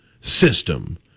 system